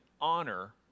honor